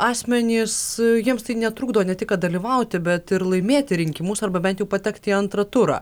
asmenys jiems tai netrukdo ne tik kad dalyvauti bet ir laimėti rinkimus arba bent jau patekti į antrą turą